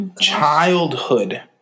childhood